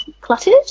cluttered